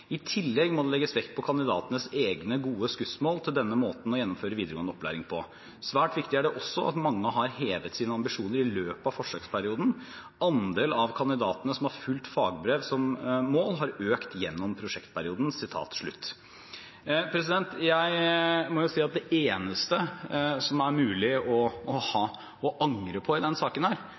i videregående opplæring. I tillegg må det legges vekt på kandidatenes egne gode skussmål til denne måten å gjennomføre videregående opplæring på. Svært viktig er det også at mange har hevet sine ambisjoner i løpet av forsøksperioden. Andel av kandidatene som har fullt fagbrev som mål har økt gjennom prosjektperioden.» Jeg må si at det eneste som er mulig å angre på i denne saken,